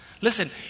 Listen